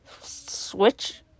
switch